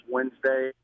Wednesday